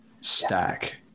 stack